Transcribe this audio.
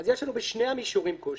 אז יש לנו בשני המישורים קושי.